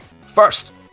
First